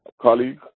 colleague